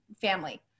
family